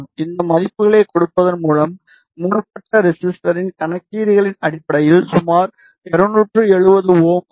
இந்த மதிப்புகளைக் கொடுப்பதன் மூலம் மூடப்பட்ட ரெசிஸ்டரின் கணக்கீடுகளின் அடிப்படையில் சுமார் 270Ω ஆகும்